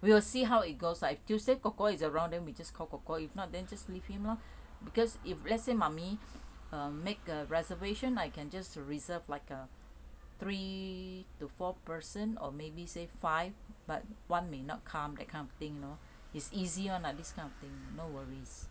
we will see how it goes lah if tuesday kor kor is around then we just call kor kor if not then just leave him lor because if let's say mummy um make a reservation I can just reserve like uh three to four person or maybe say five but one may not come that kind of thing you know it's easier lah this kind of thing no worries